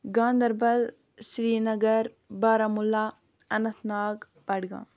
Ganderbal Srinagar Baramulla Anantnag Budgam